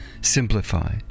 Simplify